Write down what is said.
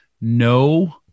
no